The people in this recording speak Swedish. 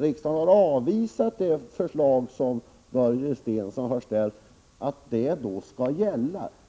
riksdagen har avvisat det förslag som Börje Stensson framställt kan man väl ändå inte hävda att det skall gälla.